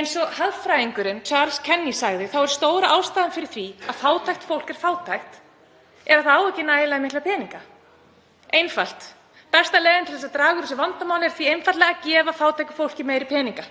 Eins og hagfræðingurinn Charles Kenny sagði þá er stóra ástæðan fyrir því að fátækt fólk er fátækt sú að það á ekki nægilega mikla peninga. Einfalt. Besta leiðin til að draga úr þessu vandamáli er því einfaldlega að gefa fátæku fólki meiri peninga.